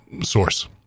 source